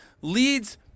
leads